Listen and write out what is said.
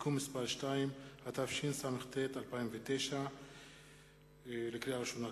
(תיקון מס' 2), התשס”ט 2009. תודה.